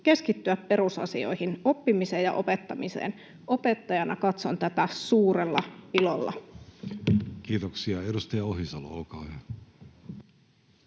keskittyä perusasioihin: oppimiseen ja opettamiseen. Opettajana katson tätä suurella ilolla. [Speech 108] Speaker: